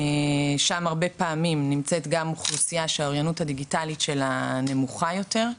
שם הרבה פעמים יש אוכלוסייה שהאוריינות הדיגיטלית שלה נמוכה יותר,